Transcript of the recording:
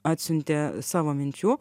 atsiuntė savo minčių